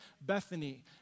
Bethany